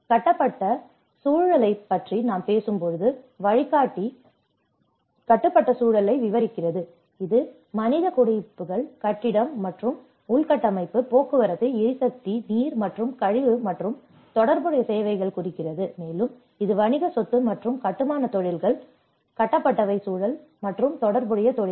கட்டப்பட்ட சூழலைப் பற்றி நாம் பேசும்போது வழிகாட்டி கட்டப்பட்ட சூழலை விவரிக்கிறது இது மனித குடியிருப்புகள் கட்டிடம் மற்றும் உள்கட்டமைப்பு போக்குவரத்து எரிசக்தி நீர் மற்றும் கழிவு மற்றும் தொடர்புடைய சேவைகளை குறிக்கிறது மேலும் இது வணிக சொத்து மற்றும் கட்டுமானத் தொழில்கள் மற்றும் கட்டப்பட்டவை சூழல் மற்றும் தொடர்புடைய தொழில்கள்